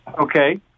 Okay